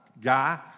guy